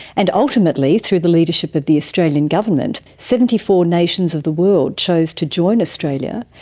and ultimately, through the leadership of the australian government, seventy four nations of the world chose to join australia,